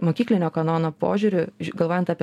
mokyklinio kanono požiūriu galvojant apie